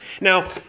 Now